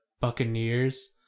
buccaneers